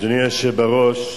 אדוני היושב בראש,